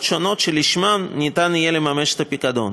שונות שלשמן ניתן יהיה לממש את הפיקדון.